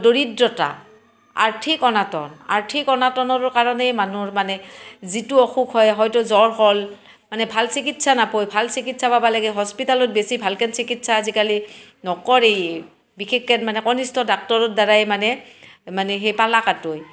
দৰিদ্ৰতা আৰ্থিক অনাটন আৰ্থিক অনাটনৰো কাৰণেই মানুহৰ মানে যিটো অসুখ হয় হয়তো জ্বৰ হ'ল মানে ভাল চিকিৎসা নাপায় ভাল চিকিৎসা পাব লাগে হস্পিতেলত বেছি ভালকৈ চিকিৎসা আজিকালি নকৰেই বিশেষকৈ মানে কণিষ্ঠ ডাক্টৰৰ দ্বাৰাই মানে মানে সেই পালা কাটই